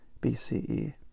BCE